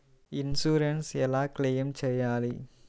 Insurance ఎలా claim చేయాలి?